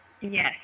Yes